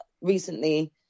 recently